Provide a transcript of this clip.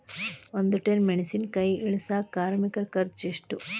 ಒಂದ್ ಟನ್ ಮೆಣಿಸಿನಕಾಯಿ ಇಳಸಾಕ್ ಕಾರ್ಮಿಕರ ಖರ್ಚು ಎಷ್ಟು?